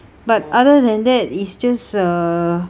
but other than that it's just a